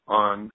on